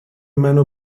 منو